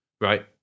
right